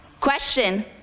Question